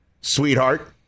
sweetheart